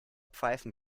pfeifen